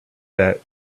that